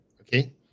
okay